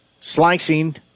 slicing